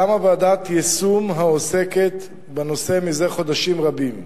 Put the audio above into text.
קמה ועדת יישום, העוסקת בנושא מזה חודשים רבים.